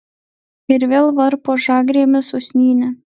ir vėl varpo žagrėmis usnynę